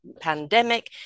pandemic